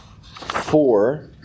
four